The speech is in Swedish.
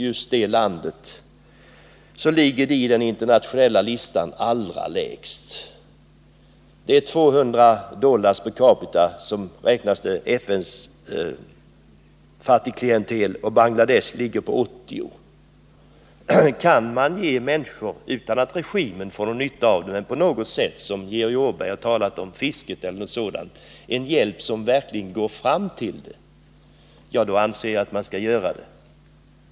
Detta land ligger allra lägst på den internationella listan när det gäller per capita-inkomst. De som har under 200 dollar per capita räknas enligt FN till fattigklientelet. Bangladesh ligger på 80 dollar per capita. Kan man ge dessa människor hjälp utan att regimen får nytta av det, t.ex. genom fisket som Georg Åberg talade om, anser jag att man skall göra det.